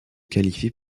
qualifie